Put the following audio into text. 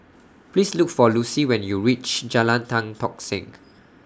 Please Look For Lucy when YOU REACH Jalan Tan Tock Seng